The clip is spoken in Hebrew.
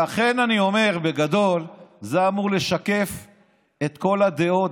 אני מאמין שבפסיפס הזה,